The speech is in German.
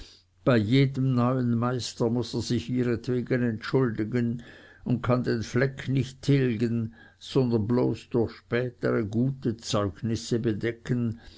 bei jedem neuen meister muß ich mich ihretwegen entschuldigen und kann den fleck nicht tilgen sondern bloß durch gute spätere zeugnisse bedecken